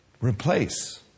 Replace